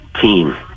team